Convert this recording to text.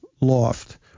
loft